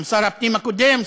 עם שר הפנים הקודם,